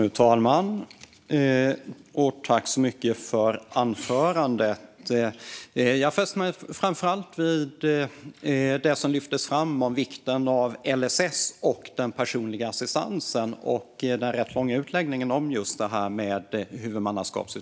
Fru talman! Jag tackar ledamoten för anförandet. Jag fastnade framför allt vid det som sades om LSS, personlig assistans och utredningen om huvudmannaskap.